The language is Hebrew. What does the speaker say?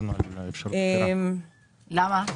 למה?